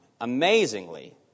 Amazingly